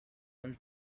one